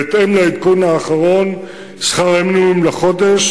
בהתאם לעדכון האחרון, שכר המינימום לחודש